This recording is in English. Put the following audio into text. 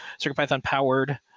CircuitPython-powered